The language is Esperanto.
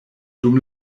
dum